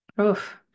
Oof